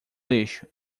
lixo